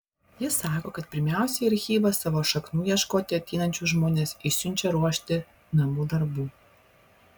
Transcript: ji sako kad pirmiausia į archyvą savo šaknų ieškoti ateinančius žmones išsiunčia ruošti namų darbų